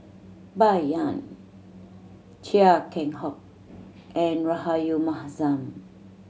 Bai Yan Chia Keng Hock and Rahayu Mahzam